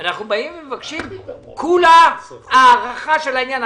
אנחנו מבקשים בסך הכול הארכה של העניין.